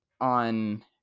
on